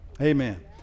Amen